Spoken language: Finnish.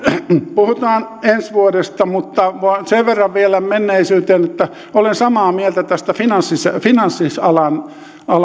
puhutaan ensi vuodesta mutta sen verran vielä menneisyyteen että olen samaa mieltä tästä finanssialan